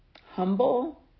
humble